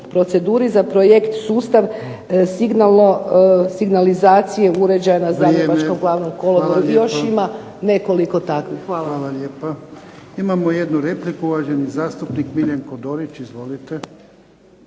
proceduri za projekt Sustav signalizacije uređaja na Zagrebačkom Glavnom kolodvoru i još ima nekoliko takvih. **Jarnjak, Ivan (HDZ)** Hvala vam lijepa. Imamo jednu repliku, uvaženi zastupnik MIljenko Dorić. Izvolite.